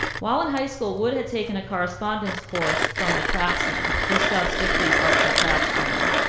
while in high school, wood had taken a correspondence course from the craftsman gustav stickley's arts and crafts journal.